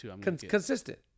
Consistent